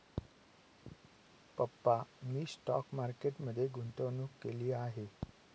पप्पा मी stock market मध्ये गुंतवणूक केली आहे